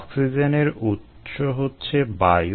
অক্সিজেনের উৎস হচ্ছে বায়ু